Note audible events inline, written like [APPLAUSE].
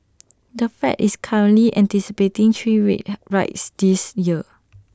the fed is currently anticipating three rate [NOISE] rides this year